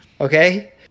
Okay